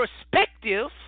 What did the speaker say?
perspective